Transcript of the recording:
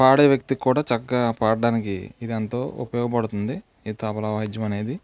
పాడే వ్యక్తికి కూడా చక్కగా పాడ్డానికి ఇదెంతో ఉపయోగపడుతుంది ఈ తబలా వాయిద్యమనేది